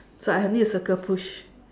so I I need to circle push